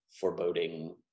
foreboding